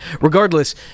Regardless